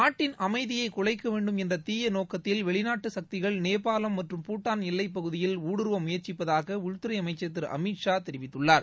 நாட்டின் அமைதியை குலைக்க வேண்டும் என்ற தீய நோக்கத்தில் வெளிநாட்டு சக்திகள் நேபாளம் மற்றும் பூட்டான் எல்லைப் பகுதியில் ஊடுருவ முயற்சிப்பதாக உள்துறை அமைச்சர் திரு அமித் ஷா தெரிவித்துள்ளார்